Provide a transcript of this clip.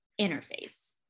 interface